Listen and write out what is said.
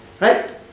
right